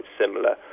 similar